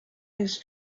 his